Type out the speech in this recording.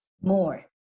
more